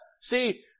See